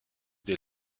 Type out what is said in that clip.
des